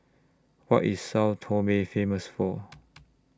What IS Sao Tome Famous For